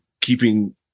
keeping